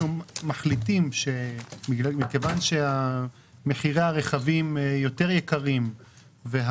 מחליטים שמכיוון שמחירי הרכבים יותר יקרים,